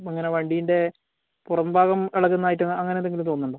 അങ്ങനെ വണ്ടീൻ്റെ പുറം ഭാഗം ഇളകുന്നതായിട്ട് അങ്ങനെ എന്തെങ്കിലും തോന്നുന്നുണ്ടോ